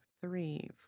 three